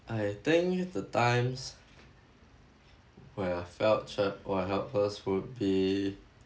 I think the times where I felt trapped or helpless would be